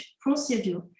procedure